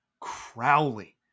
Crowley